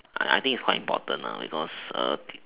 I think it's quite important because